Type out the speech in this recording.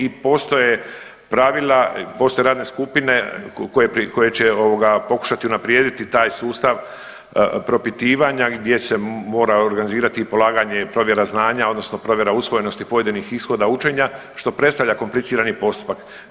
I postoje pravila, postoje radne skupine koje će ovoga pokušati unaprijediti taj sustav propitivanja gdje se mora organizirati i polaganje i provjera znanja odnosno provjera usvojenosti pojedinih ishoda učenja što predstavlja komplicirani postupak.